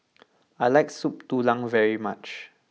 I like Soup Tulang very much